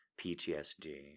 PTSD